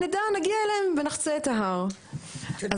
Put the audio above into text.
זאת